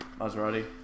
Maserati